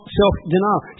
self-denial